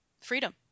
freedom